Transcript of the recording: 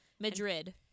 Madrid